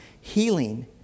Healing